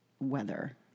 weather